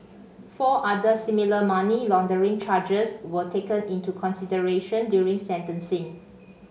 four other similar money laundering charges were taken into consideration during sentencing